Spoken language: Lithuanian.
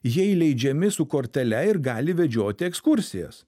jie įleidžiami su kortele ir gali vedžioti ekskursijas